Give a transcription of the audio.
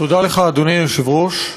תודה לך, אדוני היושב-ראש.